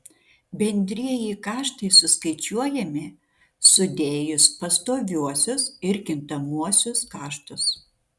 bendrieji kaštai suskaičiuojami sudėjus pastoviuosius ir kintamuosius kaštus